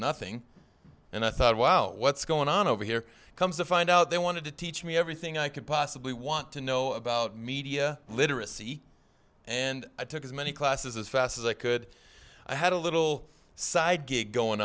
nothing and i thought well what's going on over here comes to find out they wanted to teach me everything i could possibly want to know about media literacy and i took as many classes as fast as i could i had a little side gig going